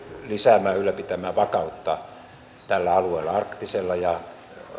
lisäämään ylläpitämään vakautta tällä alueella arktisella ja